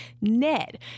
Ned